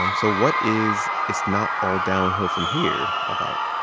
um so what is it's not all downhill from here about?